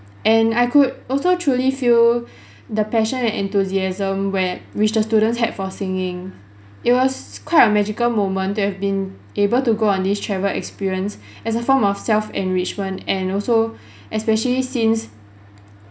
and I could also truly feel the passion and enthusiasm where which the students had for singing it was quite a magical moment they have been able to go on these travel experience as a form of self-enrichment and also especially since